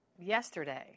yesterday